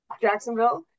Jacksonville